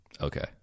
Okay